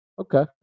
Okay